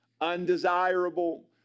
undesirable